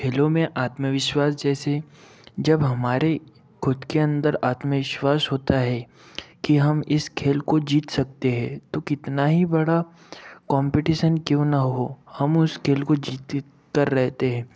खेलों में आत्मविश्वास जैसे जब हमारे खुद के अंदर आत्मविश्वास होता है कि हम इस खेल को जीत सकते हैं तो कितना ही बड़ा कॉम्पीटिशन क्यों ना हो हम उस खेल को जीत त कररेहते हैं